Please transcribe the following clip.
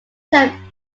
term